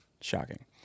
shocking